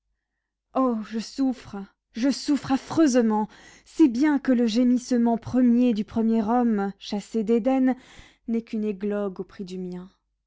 oh je souffre je souffre affreusement si bien que le gémissement premier du premier homme chassé d'éden n'est qu'une églogue au prix du mien